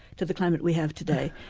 to the climate we have today.